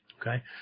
Okay